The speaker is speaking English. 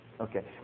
Okay